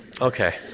okay